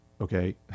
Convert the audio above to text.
okay